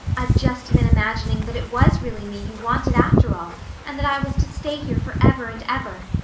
i've just been imagining that it was really me you wanted after all and that i was to stay here for ever and ever.